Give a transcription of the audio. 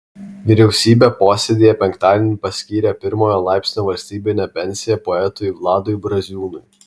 vyriausybė posėdyje penktadienį paskyrė pirmojo laipsnio valstybinę pensiją poetui vladui braziūnui